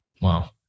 Wow